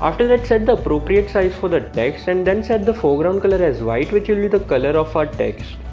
after that set the appropriate size for the text and then set the foreground color as white which will be the color of our text